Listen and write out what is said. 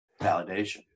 validation